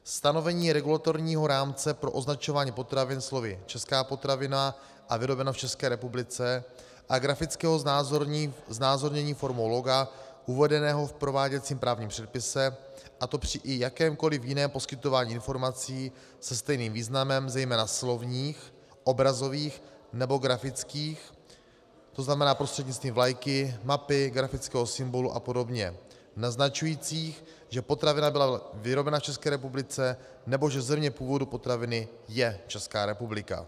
Stanovení regulatorního rámce pro označování potravin slovy česká potravina a vyrobeno v České republice a grafického znázornění formou loga uvedeného v prováděcím právním předpise, a to i při jakémkoli jiném poskytování informací se stejným významem, zejména slovních, obrazových nebo grafických, to znamená prostřednictvím vlajky, mapy, grafického symbolu apod., naznačujících, že potravina byla vyrobena v České republice nebo že země původu potraviny je Česká republika.